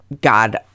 god